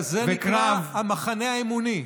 לזה נקרא המחנה האמוני.